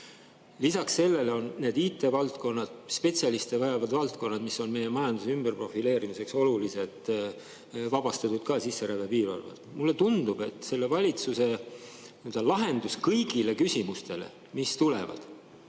Lisaks sellele on need IT‑valdkonna spetsialiste vajavad valdkonnad, mis on meie majanduse ümberprofileerimiseks olulised, ka sisserände piirarvust vabastatud. Mulle tundub, et selle valitsuse lahendus kõigile küsimustele – sotsiaal-,